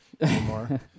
anymore